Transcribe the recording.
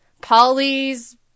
Polly's